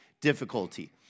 difficulty